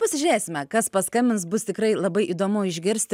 pasižiūrėsime kas paskambins bus tikrai labai įdomu išgirsti